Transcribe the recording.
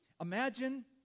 Imagine